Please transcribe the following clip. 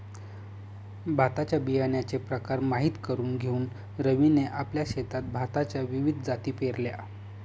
भाताच्या बियाण्याचे प्रकार माहित करून घेऊन रवीने आपल्या शेतात भाताच्या विविध जाती पेरल्या